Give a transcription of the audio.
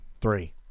Three